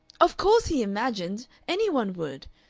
of course he imagined! any one would!